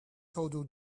total